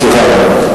סליחה רגע.